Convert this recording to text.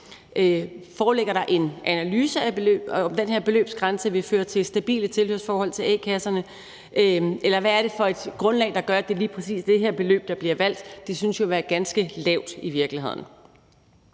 Foreligger der en analyse af, om den her beløbsgrænse vil føre til stabile tilhørsforhold til a-kasserne? Eller hvad er det for et grundlag, der gør, at det lige præcis er det her beløb, der bliver valgt? Det synes jo i virkeligheden